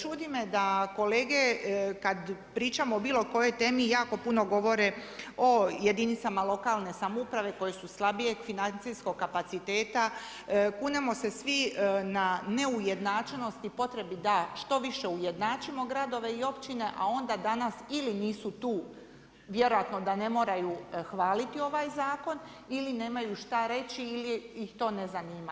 Čudi me da kolege kada pričamo o bilo kojoj temi, jako puno govore o jedinicama lokalne samouprave koje su slabijeg financijskog kapaciteta, kunemo se svi na neujednačenost i potrebi da što više ujednačimo gradove i općine a onda danas ili nisu tu, vjerojatno da ne moraju hvaliti ovaj zakon ili nemaju šta reći ili ih to ne zanima.